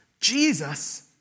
Jesus